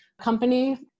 company